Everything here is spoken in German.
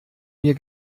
mir